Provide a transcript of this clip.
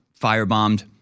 firebombed